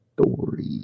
story